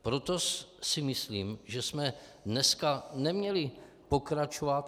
Proto si myslím, že jsme dneska neměli pokračovat.